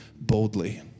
boldly